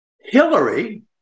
Hillary